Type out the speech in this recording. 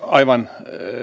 aivan